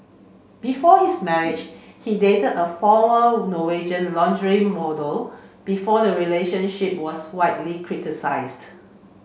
before his marriage he dated a former Norwegian lingerie model before the relationship was widely criticised